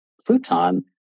Pluton